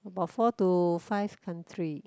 about four to five country